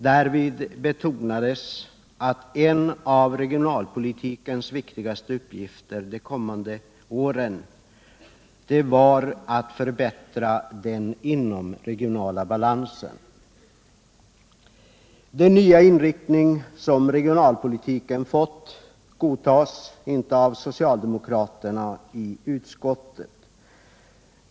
Därvid betonades att en av regionalpolitikens viktigaste uppgifter de kommande åren var att förbättra den inomregionala balansen. Den nya inriktning som regionalpolitiken fått godtas inte av socialdemo kraterna i utskottet.